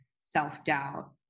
self-doubt